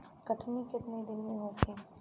कटनी केतना दिन में होखे?